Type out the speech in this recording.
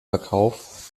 verkauf